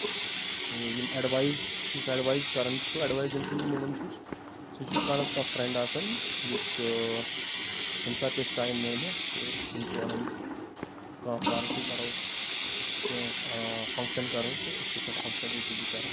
تہٕ یِم اؠڈوایز یُس اؠڈوایز کران چھُ ایڈوایز ییٚمہِ سٕنٛز بہٕ نِوان چھُس سُہ چھُ کانٛہہ نتہٕ کانٛہہ فرٛؠنٛڈ آسان یُس ییٚمہِ ساتہٕ تہِ أسۍ ٹایم مِلہِ تہٕ تِم چھِ ونان کانٛہہ پارٹی کرو کینٛہہ فنگشن کرو تہٕ أسۍ چھِ سۄ فنٛگشن ایٖزِلی کران